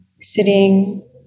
sitting